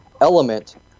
element